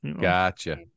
Gotcha